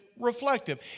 reflective